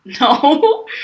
no